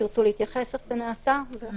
--- חוות דעת של הסנגוריה, של --- תודה.